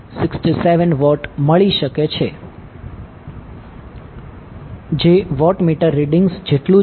જે wattmeter readings જેટલું જ છે